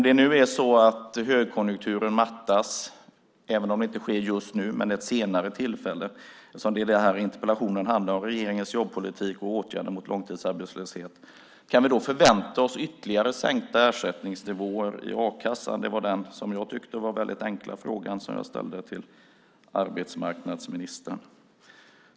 Den här interpellationen handlar om regeringens jobbpolitik och åtgärder mot långtidsarbetslöshet. Om högkonjunkturen mattas - även om det inte sker just nu, men senare - kan vi då förvänta oss ytterligare sänkta ersättningsnivåer i a-kassan? Det var den, som jag tyckte, väldigt enkla fråga som jag ställde till arbetsmarknadsministern.